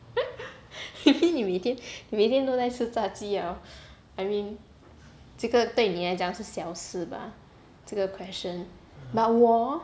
you mean 你每天你每天都在吃炸鸡啊 I mean 这个对你来讲是小事吧这个 question but 我 hor